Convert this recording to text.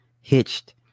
hitched